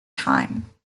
time